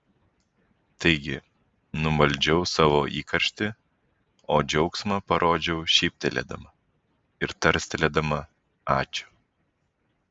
taigi numaldžiau savo įkarštį o džiaugsmą parodžiau šyptelėdama ir tarstelėdama ačiū